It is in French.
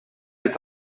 est